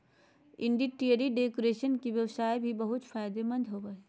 interior decoration के व्यवसाय भी बहुत फायदेमंद होबो हइ